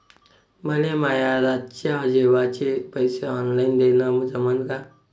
मले माये रातच्या जेवाचे पैसे ऑनलाईन देणं जमन का?